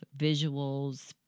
visuals